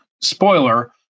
spoiler